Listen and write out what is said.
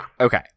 Okay